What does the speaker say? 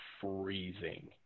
freezing